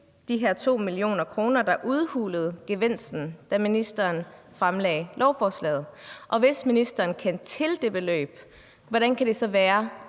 de her 2 mio. kr., der udhulede gevinsten, da ministeren fremlagde lovforslaget. Og hvis ministeren kendte til det beløb, hvordan kan det så være,